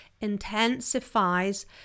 intensifies